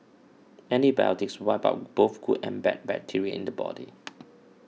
antibiotics wipe out both good and bad bacteria in the body